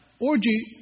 Orgy